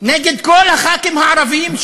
נגד כל חברי הכנסת הערבים,